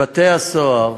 1. בבתי-הסוהר